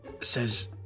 says